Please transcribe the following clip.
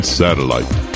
satellite